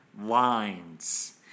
lines